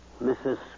Mrs